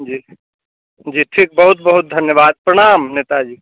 जी जी ठीक बहुत बहुत धन्यवाद प्रणाम नेता जी